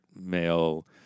male